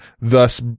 thus